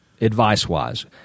advice-wise